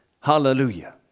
Hallelujah